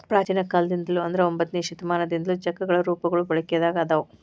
ಪ್ರಾಚೇನ ಕಾಲದಿಂದ್ಲು ಅಂದ್ರ ಒಂಬತ್ತನೆ ಶತಮಾನದಿಂದ್ಲು ಚೆಕ್ಗಳ ರೂಪಗಳು ಬಳಕೆದಾಗ ಅದಾವ